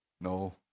No